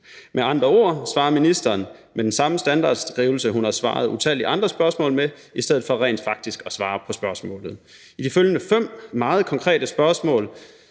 Med andre ord svarede ministeren med den samme standardskrivelse, hun har svaret på utallige andre spørgsmål med, i stedet for rent faktisk at svare på spørgsmålet. I de følgende fem meget konkrete spørgsmål